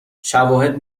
شواهد